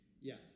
Yes